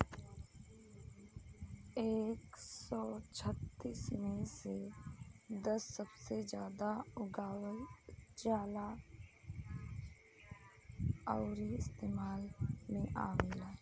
एक सौ छत्तीस मे से दस सबसे जादा उगावल जाला अउरी इस्तेमाल मे आवेला